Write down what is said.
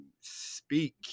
speak